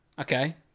Okay